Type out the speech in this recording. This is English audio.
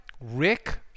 rick